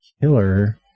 Killer